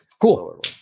Cool